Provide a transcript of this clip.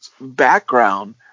background